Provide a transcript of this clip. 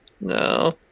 No